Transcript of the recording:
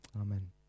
Amen